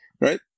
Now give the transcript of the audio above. Right